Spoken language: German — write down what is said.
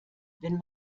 wenn